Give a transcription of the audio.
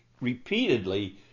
repeatedly